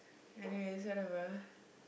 anyways whatever